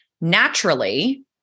Naturally